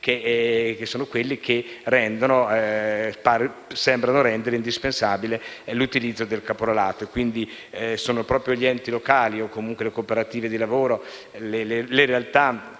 quei servizi che sembrano rendere indispensabile l'utilizzo del caporalato. Sono proprio gli enti locali o, comunque, le cooperative di lavoro, le realtà